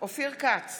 אופיר כץ,